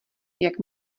jak